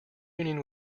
union